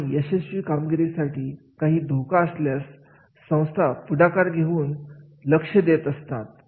आणि यशस्वी कामगिरीसाठी काही धोका असल्यास संस्था पुढाकार घेऊन लक्ष देत असते